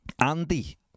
Andy